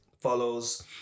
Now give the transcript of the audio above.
follows